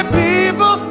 people